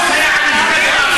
1,000 ציורים,